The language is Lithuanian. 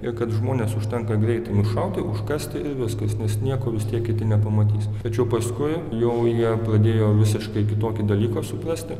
ir kad žmones užtenka greitai nušauti užkasti ir viskas nes nieko vis tiek kiti nepamatys tačiau paskui jau jie pradėjo visiškai kitokį dalyką suprasti